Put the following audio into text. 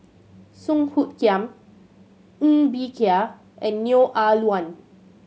Song Hoot Kiam Ng Bee Kia and Neo Ah Luan